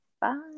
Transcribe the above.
Bye